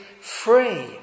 free